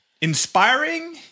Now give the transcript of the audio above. inspiring